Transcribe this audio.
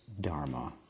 dharma